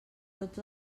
tots